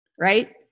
Right